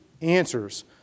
answers